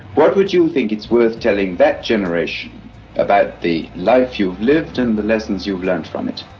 what would you think it's worth telling that generation about the life you've lived and the lessons you've learnt from it?